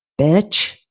bitch